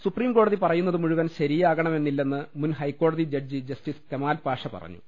സുപ്രീംകോടതി പറയുന്നത് മുഴുവൻ ശരിയാകണമെന്നില്ലെന്ന് മുൻഹൈക്കോടതി ജഡ്ജി ജസ്റ്റിസ് കെമാൽ പാഷ പറഞ്ഞു